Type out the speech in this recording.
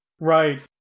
Right